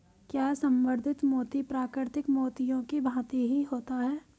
क्या संवर्धित मोती प्राकृतिक मोतियों की भांति ही होता है?